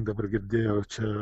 dabar girdėjau čia